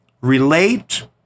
Relate